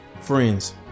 Friends